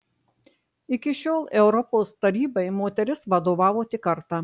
iki šiol europos tarybai moteris vadovavo tik kartą